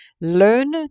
Learn